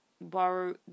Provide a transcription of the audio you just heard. borrow